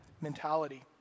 mentality